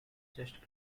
just